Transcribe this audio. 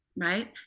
right